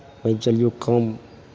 मानि कऽ चलियौ कम